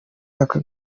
aka